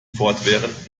fortwährend